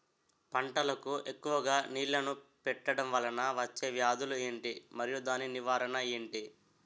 పంటలకు ఎక్కువుగా నీళ్లను పెట్టడం వలన వచ్చే వ్యాధులు ఏంటి? మరియు దాని నివారణ ఏంటి?